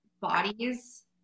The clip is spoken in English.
bodies